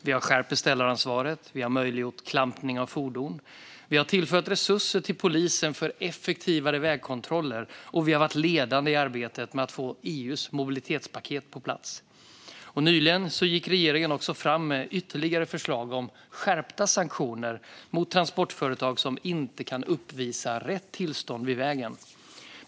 Vi har skärpt beställaransvaret, möjliggjort klampning av fordon, tillfört resurser till polisen för effektivare vägkontroller och varit ledande i arbetet med att få EU:s mobilitetspaket på plats. Nyligen gick regeringen också fram med ytterligare förslag om skärpta sanktioner mot transportföretag som inte kan uppvisa rätt tillstånd vid vägen.